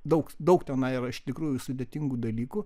daug daug tenai yra iš tikrųjų sudėtingų dalykų